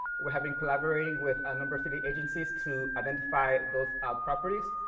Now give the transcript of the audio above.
we're having. collaborating with a number of city's agencies to identify those properties.